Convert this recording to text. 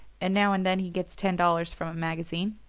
and now and then he gets ten dollars from a magazine.